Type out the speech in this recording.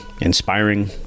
inspiring